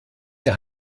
ihr